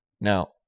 Now